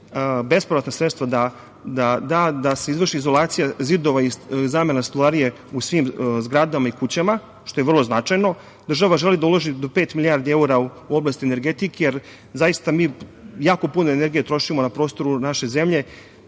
besplatna sredstva da da, da se izvrši izolacija zidova i zamena stolarije u svim zgradama i kućama, što je vrlo značajno. Država želi da uloži do pet milijardi evra u oblasti energetike, jer zaista jako pune energije trošimo na prostoru naše zemlje,